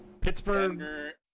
Pittsburgh